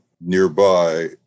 nearby